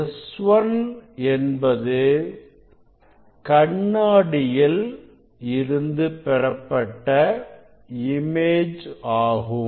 S1 என்பது கண்ணாடியில் இருந்து பெறப்பட்ட இமேஜ் ஆகும்